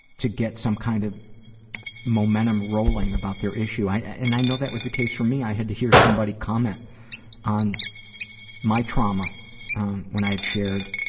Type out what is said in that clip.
to get some kind of momentum rolling about their issue. and i know that was the case for me, i had to hear somebody comment on my trauma when i had shared,